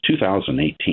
2018